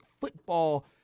football –